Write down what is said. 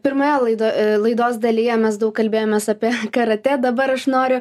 pirmoje laido laidos dalyje mes daug kalbėjomės apie karatė dabar aš noriu